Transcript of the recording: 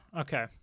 Okay